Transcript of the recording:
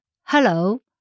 hello